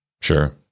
Sure